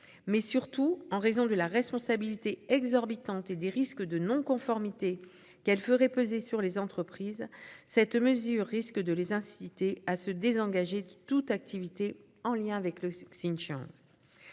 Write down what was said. Surtout, en raison de la responsabilité exorbitante et des risques de non-conformité qu'elle ferait peser sur les entreprises, une telle mesure risque de les inciter à se désengager de toute activité en lien avec le Xinjiang.